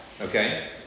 Okay